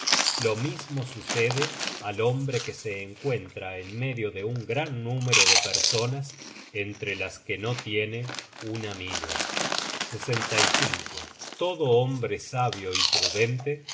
lo mismo sucede al hombre que se encuentra en medio de un gran número de personas entre las que no tiene un amigo todo hombre sabio y prudente